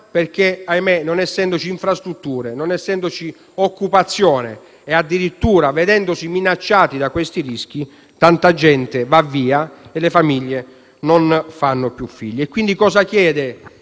perché, ahimè, non essendoci infrastrutture, non essendoci occupazione e addirittura vedendosi minacciata da questi rischi, tanta gente va via e le famiglie non fanno più figli. Quindi, tramite